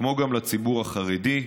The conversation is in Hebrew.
כמו גם לציבור החרדי,